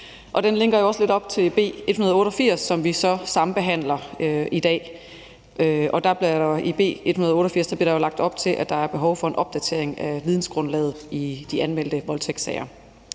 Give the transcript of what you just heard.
og den linker jo også lidt op til B 188, som vi sambehandler i dag. I B 188 bliver der lagt op til, at der er behov for en opdatering af vidensgrundlaget i de anmeldte voldtægtssager.